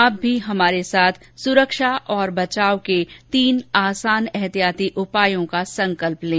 आप भी हमारे साथ सुरक्षा और बचाव के तीन आसान एहतियाती उपायों का संकल्प लें